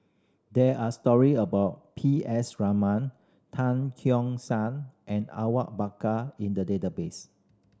there are story about P S Raman Tan Keong Saik and Awang Bakar in the database